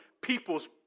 people's